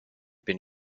been